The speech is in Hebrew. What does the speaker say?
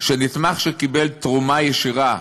שנתמך שקיבל תרומה ישירה